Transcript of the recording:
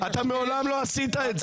מעולם לא עשית את זה.